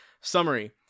summary